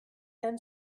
and